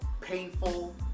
painful